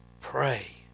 pray